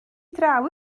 draw